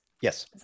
Yes